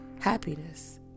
happiness